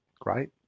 Great